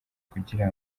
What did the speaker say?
kugira